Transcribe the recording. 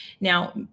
Now